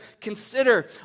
consider